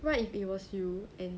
what if it was you and